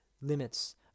limits